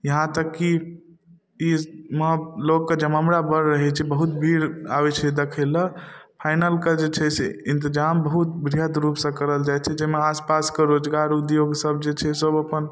यहाँ तक कि ईमे लोकके जमावड़ा बड़ रहै छै बहुत भीड़ आबै छै देखैलए फाइनलके जे छै से इन्तजाम बहुत वृहद रूपसँ करल जाइ छै जाहिमे आसपासके रोजगार उद्योगसब जे छै सब अपन